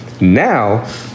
Now